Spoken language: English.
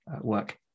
work